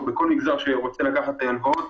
או בכל מגזר שרוצה לקחת הלוואות